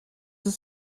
ist